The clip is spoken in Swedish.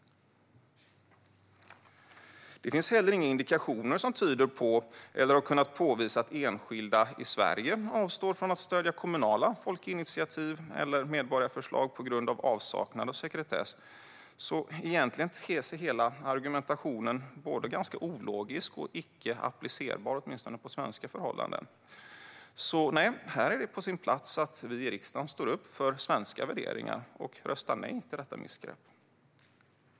Det finns heller inga indikationer som tyder på eller där det har kunnat påvisas att enskilda i Sverige avstår från att stödja kommunala folkinitiativ eller medborgarförslag på grund av avsaknad av sekretess. Egentligen ter sig hela argumentationen både ologisk och icke applicerbar, åtminstone på svenska förhållanden. Här är det därför på sin plats att vi i riksdagen står upp för svenska värderingar och röstar nej till detta missgrepp.